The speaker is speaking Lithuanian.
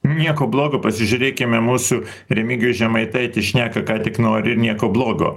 nieko blogo pasižiūrėkim musų remigijus žemaitaitis šneka ką tik nori ir nieko blogo